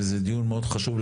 וזה דיון מאוד חשוב,